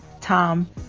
tom